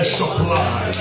supply